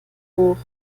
hoch